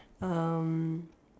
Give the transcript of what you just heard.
um